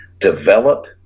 develop